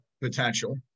potential